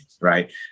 right